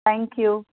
thank you